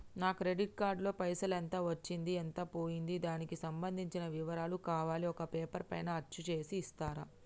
నా credit card లో పైసలు ఎంత వచ్చింది ఎంత పోయింది దానికి సంబంధించిన వివరాలు కావాలి ఒక పేపర్ పైన అచ్చు చేసి ఇస్తరా?